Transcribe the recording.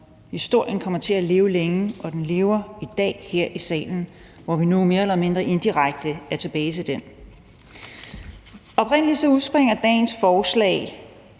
historien kommer til at leve længe, og den lever i dag her i salen, hvor vi nu mere eller mindre indirekte er tilbage ved den. Oprindelig udspringer dagens forslag